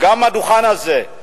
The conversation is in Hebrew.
מהדוכן הזה,